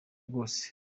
bwose